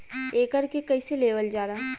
एकरके कईसे लेवल जाला?